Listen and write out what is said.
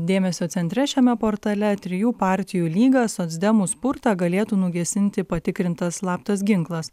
dėmesio centre šiame portale trijų partijų lyga socdemų spurtą galėtų nugesinti patikrintas slaptas ginklas